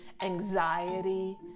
anxiety